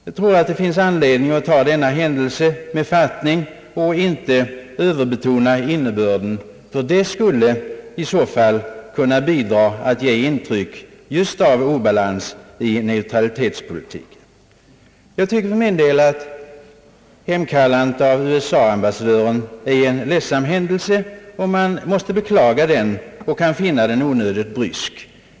Jag tror att det finns anledning att ta denna händelse med fattning och inte överbetona innebörden — annars skulle man kunna bidra till att ge intryck just av obalans i neutralitetspolitiken. Jag tycker för min del att hemkallandet av USA-ambassadören är en ledsam händelse. Man måste beklaga den och kan finna den onödigt brysk.